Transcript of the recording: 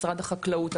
משרד החקלאות,